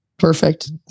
perfect